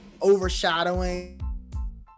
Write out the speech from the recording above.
overshadowing